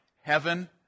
heaven